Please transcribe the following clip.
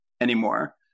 anymore